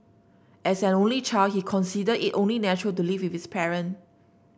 as an only child he consider it only natural to live with his parent